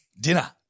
dinner